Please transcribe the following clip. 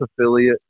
affiliate